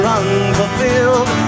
unfulfilled